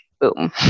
boom